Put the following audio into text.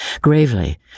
Gravely